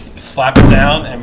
slap it down. and